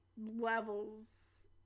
levels